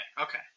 Okay